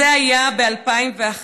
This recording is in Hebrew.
זה היה ב-2011,